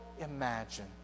imagine